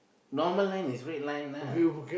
normal line is red line lah